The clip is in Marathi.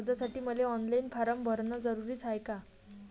कर्जासाठी मले ऑनलाईन फारम भरन जरुरीच हाय का?